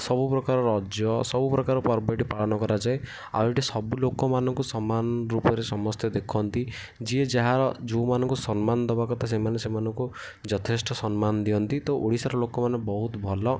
ସବୁପ୍ରକାର ରଜ ସବୁପ୍ରକାର ପର୍ବ ଏଠି ପାଳନ କରାଯାଏ ଆଉ ଏଠି ସବୁ ଲୋକମାନଙ୍କୁ ସମାନ ରୂପରେ ସମସ୍ତେ ଦେଖନ୍ତି ଯିଏ ଯାହାର ଯେଉଁମାନଙ୍କୁ ସମ୍ମାନ ଦେବାକଥା ସେମାନେ ସେମାନଙ୍କୁ ଯଥେଷ୍ଟ ସମ୍ମାନ ଦିଅନ୍ତି ତ ଓଡ଼ିଶାର ଲୋକମାନେ ବହୁତ ଭଲ